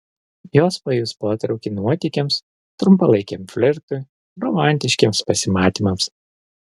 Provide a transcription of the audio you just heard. jos pajus potraukį nuotykiams trumpalaikiam flirtui romantiškiems pasimatymams